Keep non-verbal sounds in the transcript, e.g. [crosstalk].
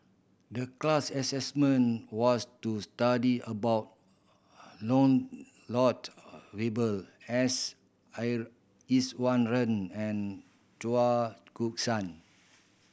the class assessment was to study about [unintelligible] Valberg S I Iswaran and Chao [unintelligible] San